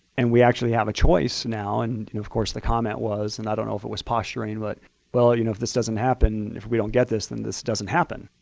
and we actually have a choice now. and you know of course, the comment was and i don't know if it was posturing but well, you know if this doesn't happen, if we don't get this, then this doesn't happen.